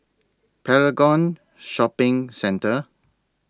Paragon Shopping Centre